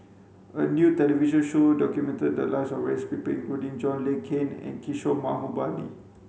a new television show documented the lives of various people including John Le Cain and Kishore Mahbubani